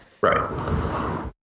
Right